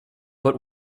but